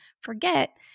forget